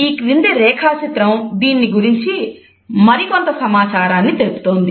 ఈ క్రింది రేఖా చిత్రం దీని గురించి మరికొంత సమాచారాన్ని తెలుపుతోంది